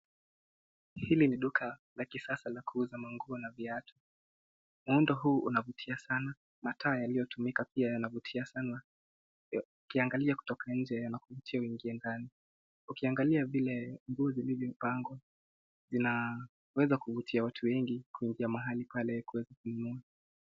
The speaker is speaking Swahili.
Hili ni duka la kisasa la kuuza manguo na viatu. Muundo huu unavutia sana. Mataa yaliyotumika pia yanavutia sana. Ukiangalia kutoka nje, yanakuvuutia uingie ndani. Ukiangalia vile nguo zilivyopagwa, zinaweza kuvutia watu wengi kuingia mahali pale kuweza kuzununua.